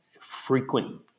frequent